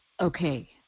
okay